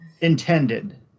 intended